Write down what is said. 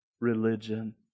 religion